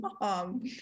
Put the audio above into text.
mom